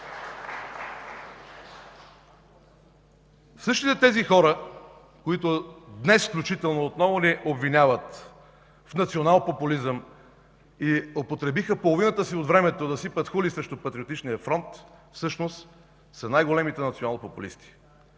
Същите тези хора, които днес отново ни обвиняват в националпопулизъм и употребиха половината от времето си, за да сипят хули срещу Патриотичния фронт, всъщност са най-големите националпопулисти.